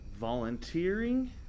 volunteering